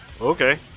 Okay